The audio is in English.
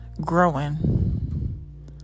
Growing